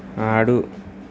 ఆడు